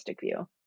view